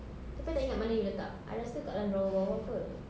tapi I tak ingat mana you letak I rasa dekat dalam drawer drawer kot